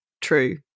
true